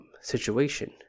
situation